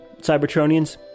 Cybertronians